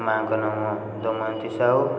ମାଆଙ୍କ ନାମ ଦମୟନ୍ତୀ ସାହୁ